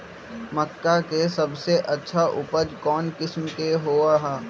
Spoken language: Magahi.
मक्का के सबसे अच्छा उपज कौन किस्म के होअ ह?